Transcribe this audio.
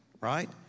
right